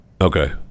okay